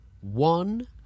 one